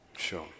sure